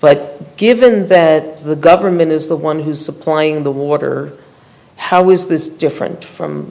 but given that the government is the one who's supplying the water how is this different from